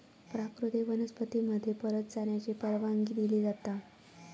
प्राकृतिक वनस्पती मध्ये परत जाण्याची परवानगी दिली जाता